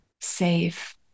safe